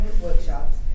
workshops